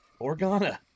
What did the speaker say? Organa